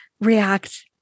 react